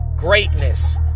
greatness